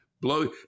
Blow